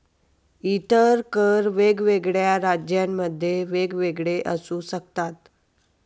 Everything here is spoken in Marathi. इतर कर वेगवेगळ्या राज्यांमध्ये वेगवेगळे असू शकतात